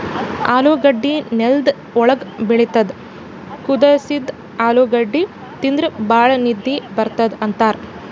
ಆಲೂಗಡ್ಡಿ ನೆಲ್ದ್ ಒಳ್ಗ್ ಬೆಳಿತದ್ ಕುದಸಿದ್ದ್ ಆಲೂಗಡ್ಡಿ ತಿಂದ್ರ್ ಭಾಳ್ ನಿದ್ದಿ ಬರ್ತದ್ ಅಂತಾರ್